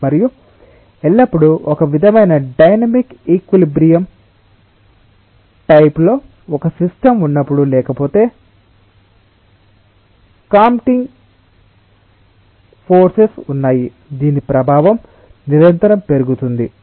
మరియు ఎల్లప్పుడూ ఒక విధమైన డైనమిక్ ఈక్విలిబ్రియం టైప్ లో ఒక సిస్టం ఉన్నప్పుడు లేకపోతే కామ్పిటింగ్ ఫోర్సెస్ ఉన్నాయి దీని ప్రభావం నిరంతరం పెరుగుతుంది